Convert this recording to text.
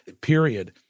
period